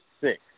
six